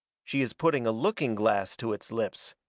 she is putting a looking-glass to its lips.